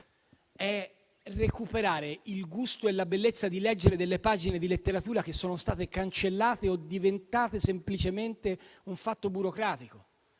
è recuperare il gusto e la bellezza di leggere delle pagine di letteratura che sono state cancellate o diventate semplicemente un fatto burocratico.